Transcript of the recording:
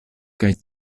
kaj